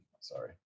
Sorry